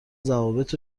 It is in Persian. ضوابط